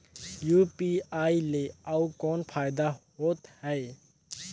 UPI ले अउ कौन फायदा होथ है?